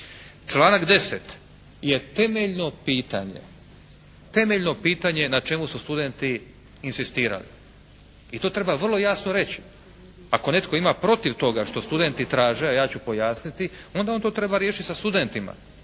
pitanje, temeljno pitanje na čemu su studenti inzistirali. I to treba vrlo jasno reći. Ako netko ima protiv toga što studenti traže, a ja ću pojasniti, onda on to treba riješiti sa studentima.